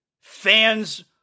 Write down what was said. fans